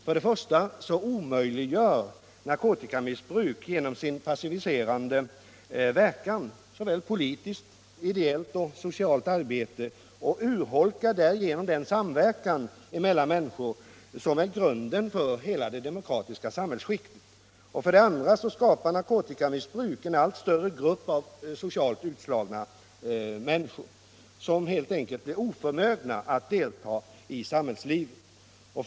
För det första omöjliggör narkotikamissbruket genom sin passiverande verkan politiskt, ideellt och socialt arbete, och det urholkar den samverkan mellan människor som är grunden för hela det demokratiska samhällsskicket. För det andra skapar narkotikamissbruket en allt större grupp av socialt utslagna människor som helt enkelt blir oförmögna att delta i samhällslivet.